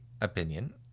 opinion